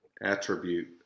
attribute